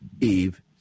Eve